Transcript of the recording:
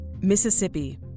Mississippi